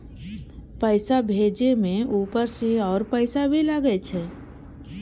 पैसा भेजे में ऊपर से और पैसा भी लगे छै?